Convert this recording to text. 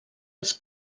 als